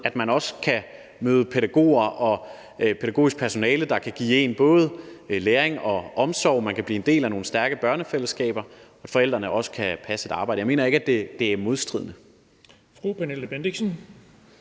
at man også kan møde pædagoger og pædagogisk personale, der kan give en både læring og omsorg, og man kan blive en del af nogle stærke børnefællesskaber, når forældrene skal også passe deres arbejde. Jeg mener ikke, det er i modstrid med